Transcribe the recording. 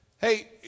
Hey